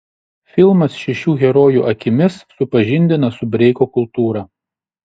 filmas šešių herojų akimis supažindina su breiko kultūra